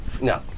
No